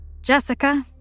Jessica